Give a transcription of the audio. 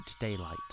daylight